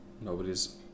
Nobody's